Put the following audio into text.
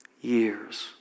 years